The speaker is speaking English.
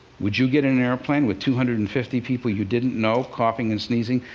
would you get in an airplane with two hundred and fifty people you didn't know, coughing and sneezing,